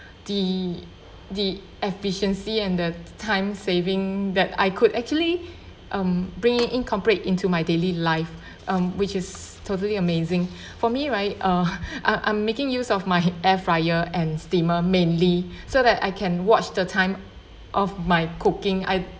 the the efficiency and the time saving that I could actually um bring it incorporate into my daily life um which is totally amazing for me right uh I I'm making use of my air fryer and steamer mainly so that I can watch the time of my cooking I